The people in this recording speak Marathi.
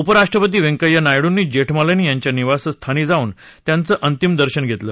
उपराष्ट्रपती व्यंकय्या नायडूंनी जेठमलानी यांच्या निवासस्थानी जाऊन त्यांचं अंतिम दर्शन घेतलं